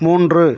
மூன்று